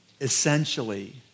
essentially